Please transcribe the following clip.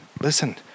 Listen